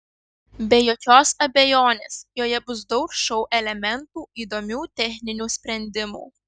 be jokios abejonės joje bus daug šou elementų įdomių techninių sprendimų